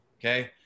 Okay